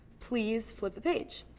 please flip the page.